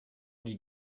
die